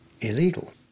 illegal